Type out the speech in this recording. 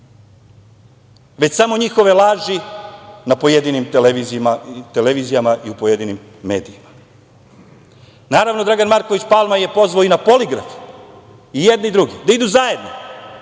već samo njihove laži na pojedinim televizijama i u pojedinim medijima? Naravno, Dragan Marković Palma je pozvao i na poligraf, i jedne i druge, da idu zajedno,